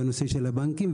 בנושא של הבנקים,